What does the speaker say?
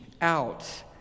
out